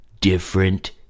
different